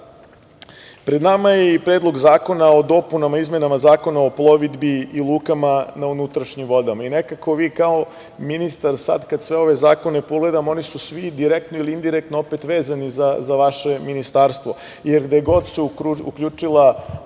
nama je i predlog zakona o dopunama i izmenama Zakona o plovidbi i lukama na unutrašnjim vodama. Nekako vi sada kao ministar kada sve ove zakone pogledamo, oni su svi direktno ili indirektno vezani za vaše ministarstvo, jer gde god se uključila